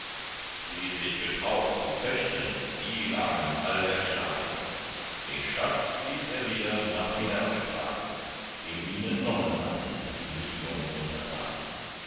die sich getraut zu fechten die lagen all erschlagen den schatz ließ er wieder nach dem berge tragen dem ihn entnommen hatten die niblung untertan